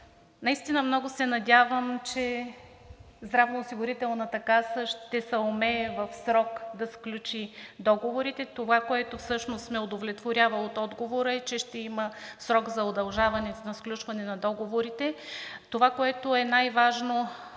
Наистина много се надявам, че Здравноосигурителната каса ще съумее в срок да сключи договорите. Това, което всъщност ме удовлетворява от отговора, е, че ще има срок за удължаване на сключване на договорите. Това, което е най-важно